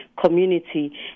community